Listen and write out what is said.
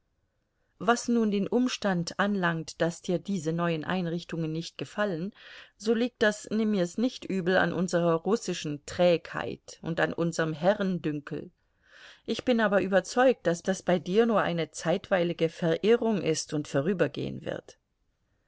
was nun den umstand anlangt daß dir diese neuen einrichtungen nicht gefallen so liegt das nimm mir's nicht übel an unsrer russischen trägheit und an unserm herrendünkel ich bin aber überzeugt daß das bei dir nur eine zeitweilige verirrung ist und vorübergehen wird